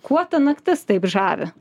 kuo ta naktis taip žavi